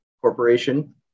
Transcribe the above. corporation